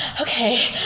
okay